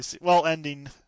well-ending